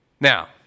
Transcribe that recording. Now